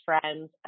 friends